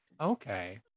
Okay